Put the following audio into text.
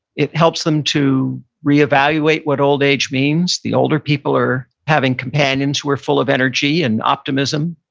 it helps them to reevaluate what old age means. the older people are having companions who are full of energy and optimism,